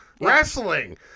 wrestling